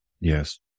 Yes